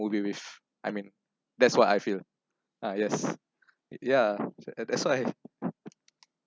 movie with I mean that's what I feel ah yes ya that's that's why